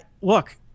look